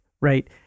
Right